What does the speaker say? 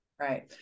Right